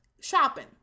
shopping